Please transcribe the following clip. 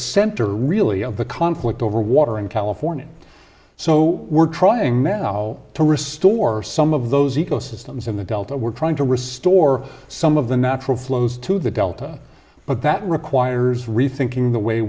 center really of the conflict over water in california so we're trying now to restore some of those ecosystems in the delta we're trying to restore some of the natural flows to the delta but that requires rethinking the way